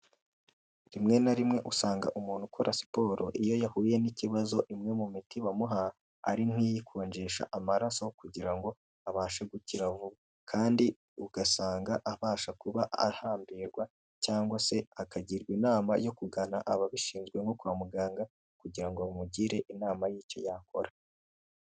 Rimwe na rimwe usanga umuntu ukora siporo iyo yahuye n'ikibazo imwe mu miti bamuha, ari nk'iyikonjesha amaraso kugira ngo abashe gukira vuba. Kandi ugasanga abasha kuba ahambirwa cyangwa se akagirwa inama yo kugana ababishinzwe nko kwa muganga, kugira ngo bamugire inama y'icyo yakora.